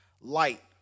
light